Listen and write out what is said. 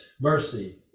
mercy